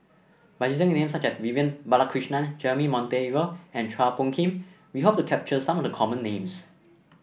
by using names such as Vivian Balakrishnan Jeremy Monteiro and Chua Phung Kim we hope to capture some of the common names